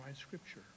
Scripture